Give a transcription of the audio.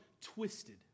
twisted